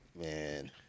Man